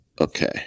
Okay